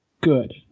good